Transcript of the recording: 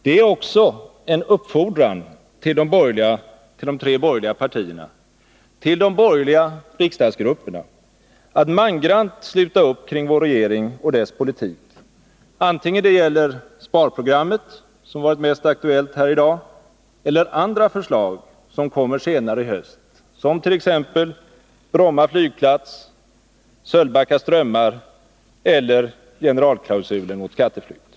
Det är också en uppfordran till de tre borgerliga partierna, till de borgerliga riksdagsgrupperna, att mangrant sluta upp kring vår regering och dess politik antingen det gäller sparprogrammet, som varit mest aktuellt här i dag, eller andra förslag som kommer senare i höst, som t.ex. Bromma flygplats, Sölvbacka strömmar eller generalklausulen mot skatteflykt.